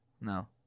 No